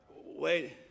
Wait